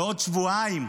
בעוד שבועיים,